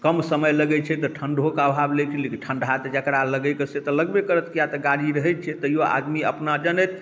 कम समय लगै छै तऽ ठंडो के आभाव ठंडा तऽ जकरा लगै कऽ से तऽ लगबे करत किए तऽ गाड़ी रहै छै तैयो आदमी अपना जनैत